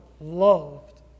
loved